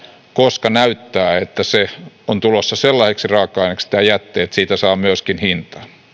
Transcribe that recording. koska näyttää että jäte on tulossa sellaiseksi raaka aineeksi että siitä saa myöskin